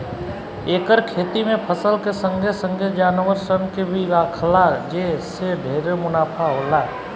एकर खेती में फसल के संगे संगे जानवर सन के भी राखला जे से ढेरे मुनाफा होला